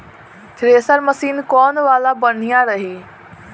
Thresher machine कौन वाला बढ़िया रही?